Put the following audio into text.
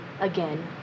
again